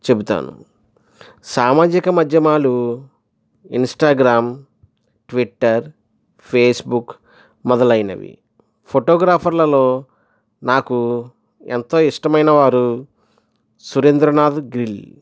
చెప్తాను సామాజిక మాధ్యమాలు ఇంస్టాగ్రామ్ ట్విట్టర్ ఫేస్బుక్ మొదలైనవి ఫోటోగ్రాఫర్లలో నాకు ఎంతో ఇష్టమైన వారు సురేంద్రనాథ్ గ్రిల్